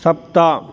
सप्त